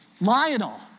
Lionel